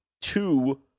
two